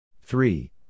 Three